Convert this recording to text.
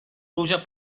pluja